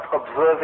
observing